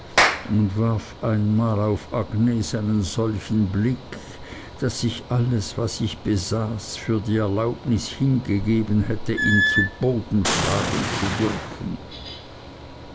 und warf einmal auf agnes einen solchen blick daß ich alles was ich besaß für die erlaubnis hingegeben hätte ihn zu boden schlagen zu dürfen